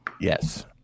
Yes